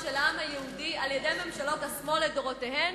של העם היהודי על-ידי ממשלות השמאל לדורותיהן,